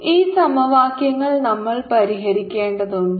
2α2βγ0 ഈ സമവാക്യങ്ങൾ നമ്മൾ പരിഹരിക്കേണ്ടതുണ്ട്